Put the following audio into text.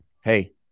hey